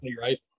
right